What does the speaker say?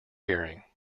hearing